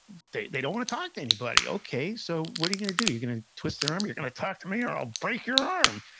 they they don't want to talk to anybody okay, so, what are you going to do? you're going to twist their arm? you're going to talk to me or i'll break your arm.